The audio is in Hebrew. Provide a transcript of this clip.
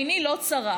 עיני לא צרה,